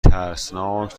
ترسناک